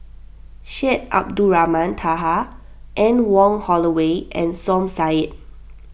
Syed Abdulrahman Taha Anne Wong Holloway and Som Said